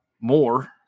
more